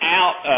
out